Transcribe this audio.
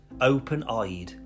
open-eyed